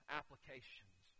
applications